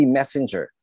Messenger